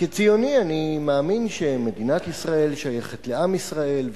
וכציוני אני מאמין שמדינת ישראל שייכת לעם ישראל,